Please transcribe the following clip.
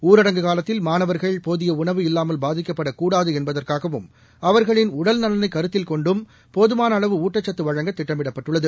ஊரடங்கு காலத்தில் மாணவர்கள் போதியஉணவு இல்லாமல் பாதிக்கப்படக்கூடாதுஎன்பதற்காகவும் அவர்களின் உடல்நலனைகருத்தில் கொண்டும் போதமானஅளவு ஊட்டச்சத்துவழங்க திட்டமிட்டுள்ளது